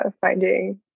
finding